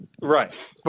right